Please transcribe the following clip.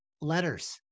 letters